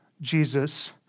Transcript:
Jesus